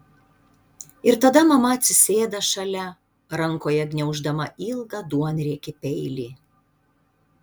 ir tada mama atsisėda šalia rankoje gniauždama ilgą duonriekį peilį